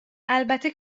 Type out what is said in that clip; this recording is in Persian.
البته